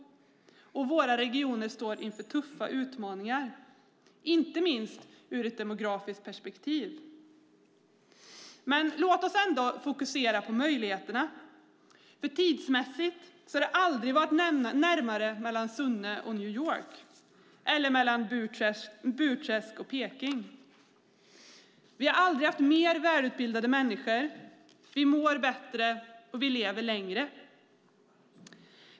Våra regioner står inför tuffa utmaningar, inte minst ur ett demografiskt perspektiv. Låt oss ändå fokusera på möjligheterna. Tidsmässigt har det aldrig varit närmare mellan Sunne och New York eller mellan Burträsk och Peking. Vi har aldrig haft mer välutbildade människor, vi mår bättre och vi lever längre.